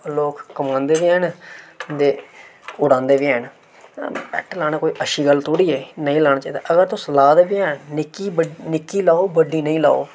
लोक कमांदे बी हैन ते उड़ांदे बी हैन बैट्ट लाना कोई अच्छी गल्ल थोह्ड़ी ऐ नेईं लाना चाहिदा अगर तुस ला दे बी ऐ निक्की बड्डी निक्की लाओ बड्डी नेईं लाओ